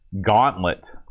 Gauntlet